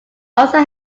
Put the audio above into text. also